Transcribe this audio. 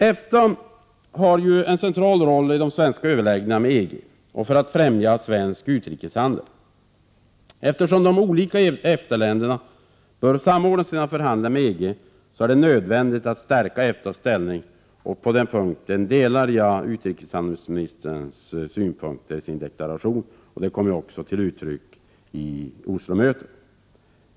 EFTA har en central roll i de svenska överläggningarna med EG och för att främja svensk utrikeshandel. Eftersom de olika EFTA-länderna bör samordna sina förhandlingar med EG är det nödvändigt att stärka EFTA:s ställning. På den punkten delar jag utrikeshandelsministerns synpunkter i deklarationen. Samma inställning kom också till uttryck vid Oslomötet.